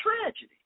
tragedy